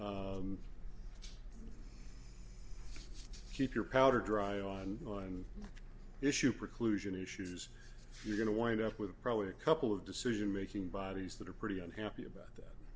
keep your powder dry on issue preclusion issues you're going to wind up with probably a couple of decision making bodies that are pretty unhappy about that